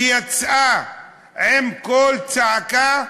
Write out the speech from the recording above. שיצאה בקול צעקה,